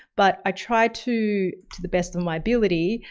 but i try to to the best of my ability,